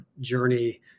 journey